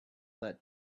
that